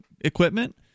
equipment